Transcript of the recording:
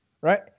right